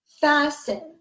Fasten